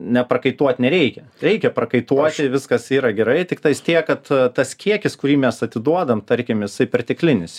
neprakaituot nereikia reikia prakaituoti viskas yra gerai tiktais tiek kad tas kiekis kurį mes atiduodam tarkim jisai perteklinis